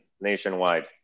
nationwide